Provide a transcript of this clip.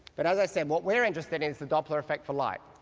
but, as i said, what we're interested in is the doppler effect for light.